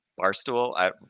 barstool